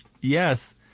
Yes